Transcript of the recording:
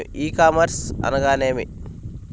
E commerce అనగా నేమి?